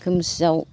खोमसियाव